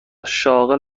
شاغل